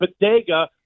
bodega